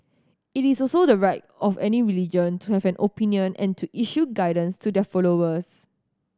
it is also the right of any religion to have an opinion and to issue guidance to their followers